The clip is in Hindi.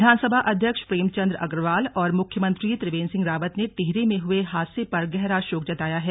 विधानसभा अध्यक्ष प्रेमचंद अग्रवाल और मुख्यमंत्री त्रिवेन्द्र सिंह रावत ने टिहरी में हुए हादसे पर गहरा शोक जताया है